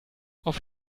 auf